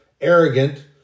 arrogant